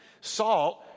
salt